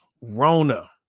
RONA